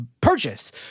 purchase